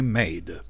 made